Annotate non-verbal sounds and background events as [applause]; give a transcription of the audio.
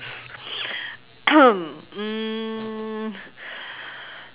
[coughs] mm